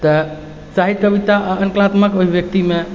तऽ साहित्य कविता आओर अन्य कलात्मक अभिव्यक्तिमे